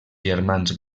germans